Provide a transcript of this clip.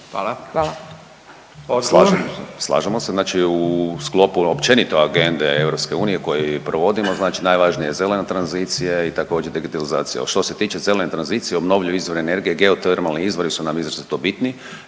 Hrvoje** Slažemo se, znači u sklopu općenito agende EU koju i provodimo znači najvažnija je zelena tranzicija i također digitalizacija. Što se tiče zelene tranzicije obnovljivi izvor energije geotermalni izvori su nam izuzetno bitni